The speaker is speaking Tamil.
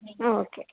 ஆ ஓகே